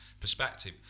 perspective